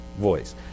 voice